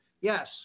yes